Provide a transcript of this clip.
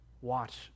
Watch